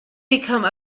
become